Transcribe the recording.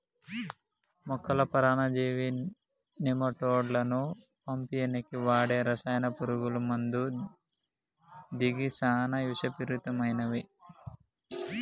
మొక్కల పరాన్నజీవి నెమటోడ్లను సంపనీకి వాడే రసాయన పురుగుల మందు గిది సానా విషపూరితమైనవి